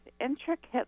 intricate